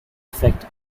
effect